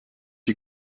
die